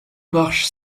marche